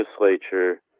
legislature